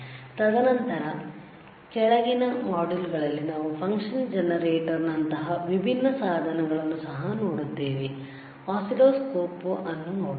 ತದನಂತರ ಕೆಳಗಿನ ಮಾಡ್ಯೂಲ್ಗಳಲ್ಲಿ ನಾವು ಫಂಕ್ಷನ್ ಜನರೇಟರ್ನಂತಹವಿಭಿನ್ನ ಸಾಧನಗಳನ್ನು ಸಹ ನೋಡುತ್ತೇವೆ ಆಸಿಲ್ಲೋಸ್ಕೋಪ್ ಅನ್ನು ನೋಡುತ್ತೆವೆ